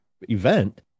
event